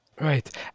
Right